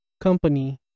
company